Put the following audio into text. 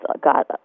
got